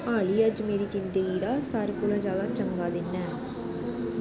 हाली अज्ज मेरे जीवन दा सभनें शा चंगा दिन हा